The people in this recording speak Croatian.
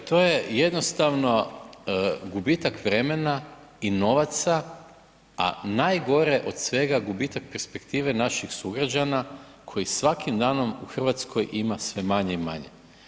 Pa to je, to je, jednostavno gubitak vremena i novaca, a najgore od svega, gubitak perspektive naših sugrađana koji svakim danom u Hrvatskoj ima sve manje i manje.